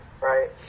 right